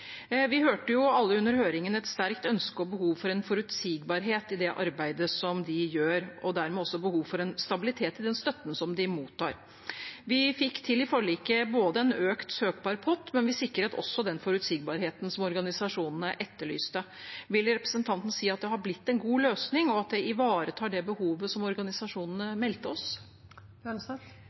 Vi hørte alle under høringen et sterkt ønske om og behov for en forutsigbarhet i det arbeidet de gjør, og dermed også behov for stabilitet i den støtten de mottar. I forliket fikk vi til en økt søkbar pott, og vi sikret også den forutsigbarheten som organisasjonene etterlyste. Vil representanten si at det har blitt en god løsning, og at den ivaretar det behovet som organisasjonene meldte